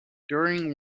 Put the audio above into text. during